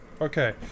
Okay